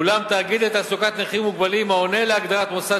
אולם תאגיד לתעסוקת נכים ומוגבלים העונה להגדרת "מוסד